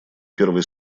первой